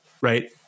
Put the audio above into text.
right